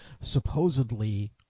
supposedly